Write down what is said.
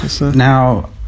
Now